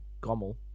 Gommel